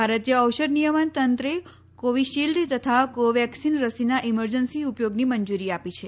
ભારતીય ઔષધ નિયમન તંત્રે કોવીશીલ્ડ તથા કોવેક્સીન રસીના ઈમરજન્સી ઉપયોગની મંજુરી આપી છે